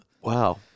Wow